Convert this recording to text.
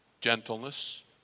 gentleness